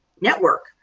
network